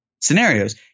scenarios